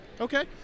Okay